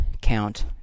count